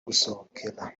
gusohokera